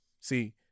See